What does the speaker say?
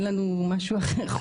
אין לנו משהו אחר או דרך אחרת.